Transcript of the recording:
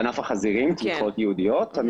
תמיכות ייעודיות לענף החזירים?